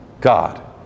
God